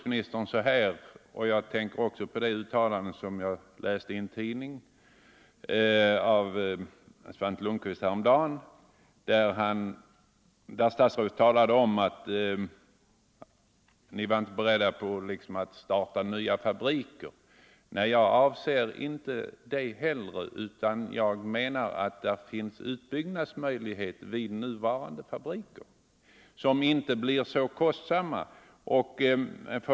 Men jag tänkte också på ett uttalande av Svante Lundkvist som jag läste i en tidning häromdagen, där han talade om att man inte var beredd att starta nya fabriker. Nej, jag avser inte det heller, utan jag menar att det finns en utbyggnadsmöjlighet vid nuvarande fabriker som inte blir så kostsam.